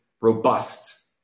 robust